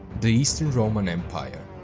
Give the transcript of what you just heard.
the eastern roman empire.